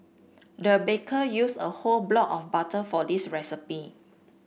the baker used a whole block of butter for this recipe